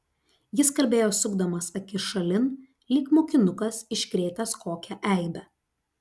jis kalbėjo sukdamas akis šalin lyg mokinukas iškrėtęs kokią eibę